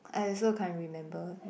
I also can't remember